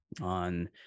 on